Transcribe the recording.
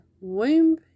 womb